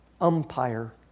Umpire